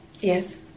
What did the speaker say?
Yes